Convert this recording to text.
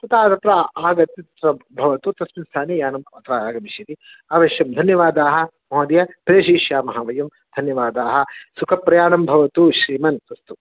ततः तत्र आगत्य तत्र भवतु तस्मिन् स्थाने यानम् अत्र आगमिष्यति अवश्यं धन्यवादाः महोदय प्रेषयिष्यामः वयं धन्यवादाः सुखप्रयाणं भवतु श्रीमन् अस्तु